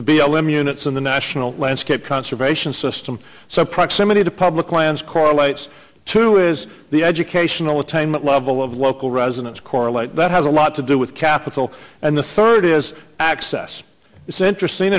the b l m units in the national landscape conservation system so proximity to public lands correlates to is the educational attainment level of local residents correlate that has a lot to do with capital and the third is access it's interesting